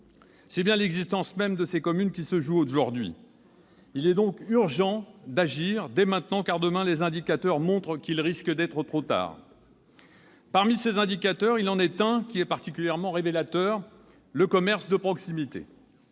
C'est bien l'existence même de ces communes qui se joue aujourd'hui ! Il est donc urgent d'agir dès maintenant, car, demain, les indicateurs montrent qu'il risque d'être trop tard. Parmi ces indicateurs, il en est un qui est particulièrement révélateur : le commerce de proximité.